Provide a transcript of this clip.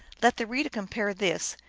let the reader compare this,